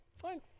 Fine